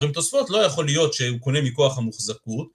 עם תוספות לא יכול להיות שהוא קונה מכוח המוחזקות